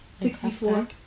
Sixty-four